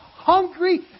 hungry